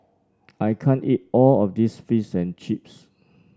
I can't eat all of this Fish and Chips